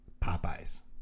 Popeyes